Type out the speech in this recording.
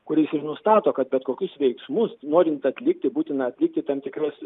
kuris ir nustato kad bet kokius veiksmus norint atlikti būtina atlikti tam tikras